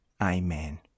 Amen